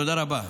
תודה רבה.